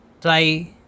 try